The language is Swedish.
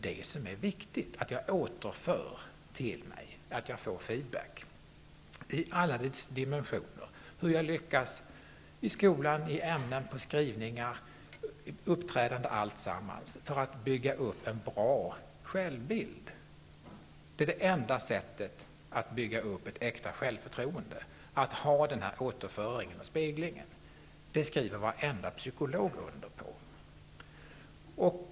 Det är viktigt för en människa att få feedback, i alla dess dimensioner: hur jag lyckas i skolan i olika ämnen, på skrivningar, i uppträdande osv. för att bygga upp en bra självbild. Det enda sättet att bygga upp ett äkta självförtroende är att få denna återföring, återspegling. Det skriver varenda psykolog under på.